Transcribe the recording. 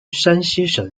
山西省